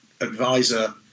Advisor